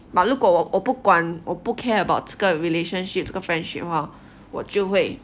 but 如过我不管我不 care about 这个 relationships 这个 friendship 的话我就会